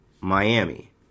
miami